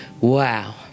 wow